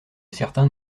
certains